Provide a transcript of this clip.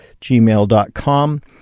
gmail.com